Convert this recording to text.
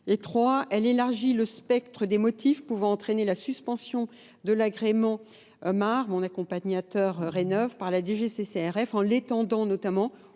Et 3, elle élargit le spectre des motifs pouvant entraîner la suspension de l'agrément MAR, mon accompagnateur RENEV par la DGCCRF, en l'étendant notamment